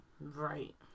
Right